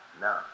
No